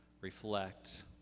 reflect